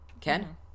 Ken